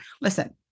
Listen